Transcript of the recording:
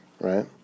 right